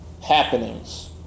happenings